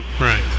Right